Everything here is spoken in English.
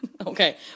Okay